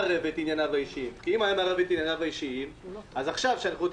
מחר בבוקר, חברים, אנחנו נקדם חוק שיהיה